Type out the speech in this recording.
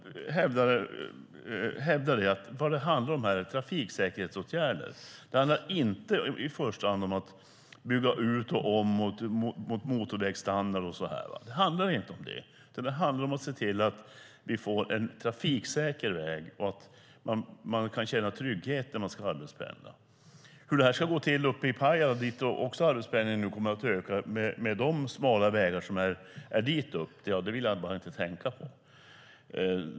Vad det handlar är trafiksäkerhetsåtgärder. Det handlar inte i första hand om att bygga ut och om till motorvägsstandard. Det handlar inte om det. Det handlar om att se till att vi får en trafiksäker väg så att människor kan känna trygghet när de ska arbetspendla. Hur det ska gå till i Pajala där nu arbetspendlingen kommer att öka med de smala vägar som är upp dit vill jag bara inte tänka på.